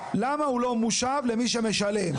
למה הוא לא מושב למי שמשלם?